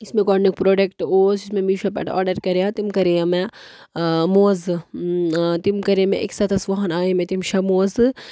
یُس مےٚ گۄڈنیُک پرٛوڈکٹ اوس یُس مےٚ میٖشو پٮ۪ٹھ آرڈر کَریو تِم کَریو مےٚ موزٕ تِم کَرے مےٚ أکِس ہَتس وُہن آے مےٚ تِم شےٚ موزٕ